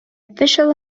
official